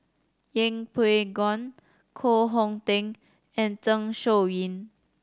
Yeng Pway Ngon Koh Hong Teng and Zeng Shouyin